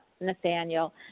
Nathaniel